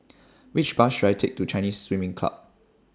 Which Bus should I Take to Chinese Swimming Club